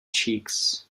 cheeks